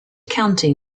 county